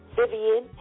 Vivian